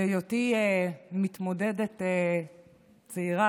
עוד בהיותי מתמודדת צעירה,